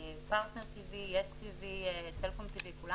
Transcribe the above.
פרטנר טי.וי, יס טי.וי, סלקום טי.וי, כולם